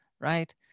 right